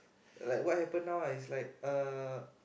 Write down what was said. like what happen now ah it's like uh